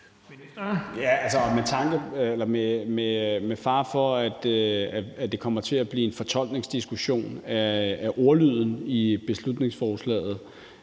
Med fare for at det kommer til at blive en fortolkningsdiskussion af ordlyden i beslutningsforslaget,